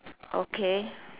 okay